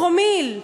פרומיל,